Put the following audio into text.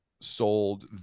sold